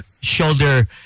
shoulder